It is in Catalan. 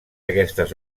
aquestes